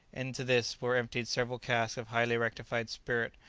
into this were emptied several casks of highly-rectified spirit,